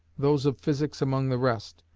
those of physics among the rest,